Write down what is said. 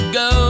go